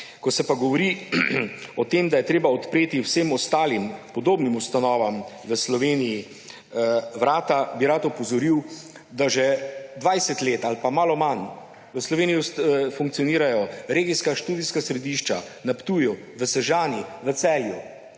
Ko se pa govori o tem, da je treba odpreti vsem ostalim podobnim ustanovam v Sloveniji vrata, bi rad opozoril, da že 20 let ali pa malo manj v Sloveniji funkcionirajo regijska študijska središča na Ptuju, v Sežani, v Celju.